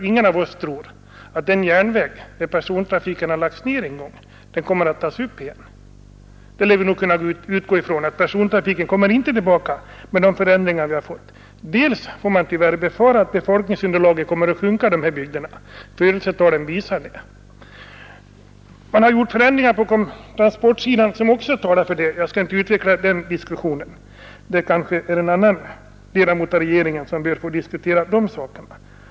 Ingen av oss tror väl att, om persontrafiken har lagts ned på en järnväg, den kommer att tas upp igen. Det beror bl.a. på att man tyvärr får befara att befolkningsunderlaget kommer att sjunka i de här bygderna. Födelsetalen visar det. Man har också gjort förändringar på transportsidan i övrigt som ger mig anledning att säga detta. Jag skall inte utveckla den diskussionen. Det är en annan ledamot av regeringen som bör få diskutera de frågorna.